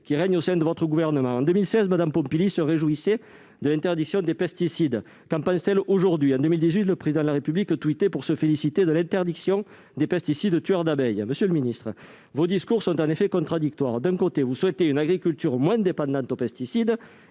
qui règnent au sein de votre gouvernement. En 2016, Mme Pompili se réjouissait de l'interdiction des pesticides ; qu'en pense-t-elle aujourd'hui ? En 2018, le Président de la République twittait pour se féliciter de l'interdiction des pesticides tueurs d'abeilles. Monsieur le ministre, vos discours sont contradictoires : d'un côté, vous souhaitez une agriculture moins dépendante des pesticides